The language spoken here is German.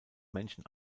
menschen